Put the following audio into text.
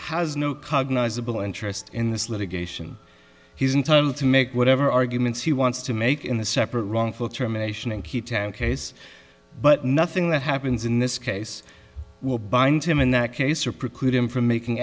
has no cognizable interest in this litigation he's entitled to make whatever arguments he wants to make in the separate wrongful termination and he time case but nothing that happens in this case will bind him in that case or preclude him from making